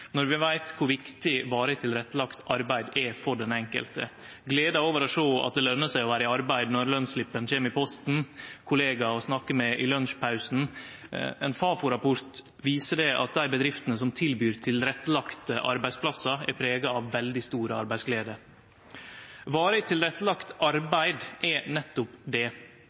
når vi veit kor viktig varig tilrettelagt arbeid er for den enkelte – gleda over å sjå at det løner seg å vere i arbeid når lønsslippen kjem i posten, kollegaer å snakke med i lunsjpausen. Ein Fafo-rapport viser at dei bedriftene som tilbyr tilrettelagde arbeidsplassar, er prega av veldig stor arbeidsglede. Varig tilrettelagt arbeid er nettopp det,